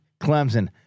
Clemson